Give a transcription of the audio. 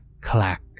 clack